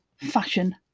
fashion